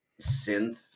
synth